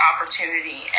opportunity